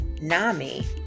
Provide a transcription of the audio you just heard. NAMI